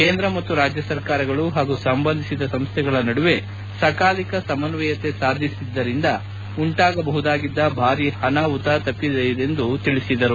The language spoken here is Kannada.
ಕೇಂದ್ರ ಮತ್ತು ರಾಜ್ಯ ಸರ್ಕಾರಗಳು ಹಾಗೂ ಸಂಬಂಧಿಸಿದ ಸಂಸ್ಥೆಗಳ ನಡುವೆ ಸಕಾಲಿಕ ಸಮನ್ನಯತೆ ಸಾಧಿಸಿದ್ದರಿಂದ ಉಂಟಾಗಬಹುದಾಗಿದ್ದ ಭಾರೀ ಅನಾಹುತ ತಪ್ಪಿದೆ ಎಂದು ಅವರು ಹೇಳಿದರು